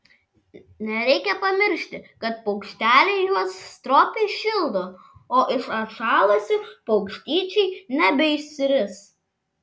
nereikia pamiršti kad paukšteliai juos stropiai šildo o iš atšalusių paukštyčiai nebeišsiris